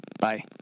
Bye